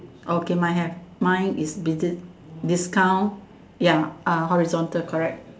okay mine have mine is dis dis discount ya horizontal correct